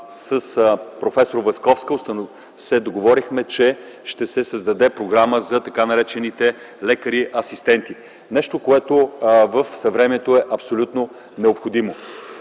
С проф. Власковска се договорихме, че ще се създаде програма за така наречените „лекари-асистенти” – нещо, което е абсолютно необходимо